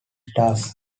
stars